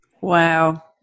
Wow